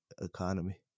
economy